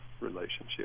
relationship